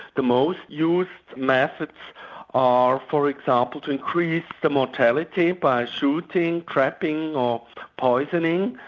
the most used methods are, for example, increase the mortality by shooting, trapping or poisoning,